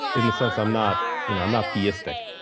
in the sense i'm not you know i'm not theistic.